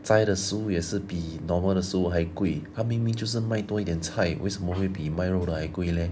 斋的食物也是比 normal 的食物还贵他明明就是卖多一点菜为什么会比卖肉的还贵 leh